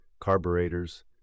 carburetors